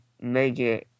major